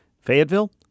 Fayetteville